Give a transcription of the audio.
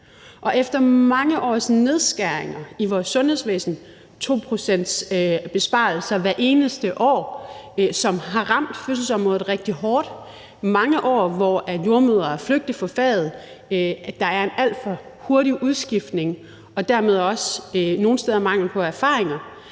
Og efter mange års nedskæringer i vores sundhedsvæsen, 2-procentsbesparelser hvert eneste år, som har ramt fødselsområdet rigtig hårdt, mange år, hvor jordemødre er flygtet fra faget, og hvor der er en alt for hurtig udskiftning og dermed også nogle steder mangel på erfaring,